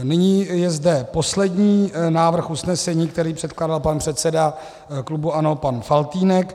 Nyní je zde poslední návrh usnesení, který předkládá pan předseda klubu ANO Faltýnek.